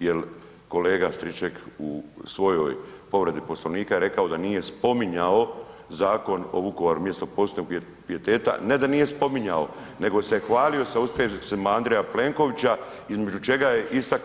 jel kolega Striček u svojoj povredi Poslovnika je rekao da nije spominjao Zakon u Vukovaru mjestom posebnog pijeteta, ne da nije spominjao nego se je hvalio sa uspjesima Andreja Plenkovića između čega je istakao